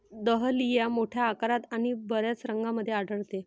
dahlia मोठ्या आकारात आणि बर्याच रंगांमध्ये आढळते